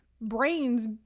brains